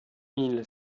mille